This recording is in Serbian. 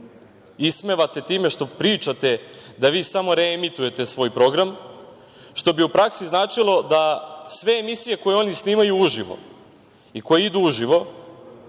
ismevate time što pričate da vi samo reemitujete svoj program, što bi u praksi značilo da sve emisije koje oni snimaju uživo i koje idu uživo,